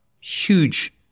huge